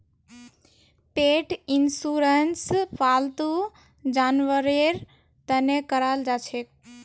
पेट insurance फालतू जानवरेर तने कराल जाछेक